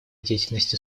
деятельности